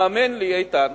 האמן לי, איתן,